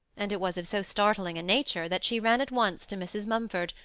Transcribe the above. and it was of so startling a nature that she ran at once to mrs. mumford,